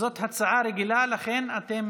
זאת הצעה רגילה, לכן אתם